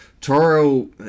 Toro